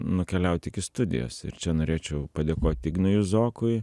nukeliaut iki studijos ir čia norėčiau padėkot ignui juzokui